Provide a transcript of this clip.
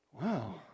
wow